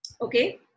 Okay